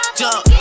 jump